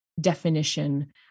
definition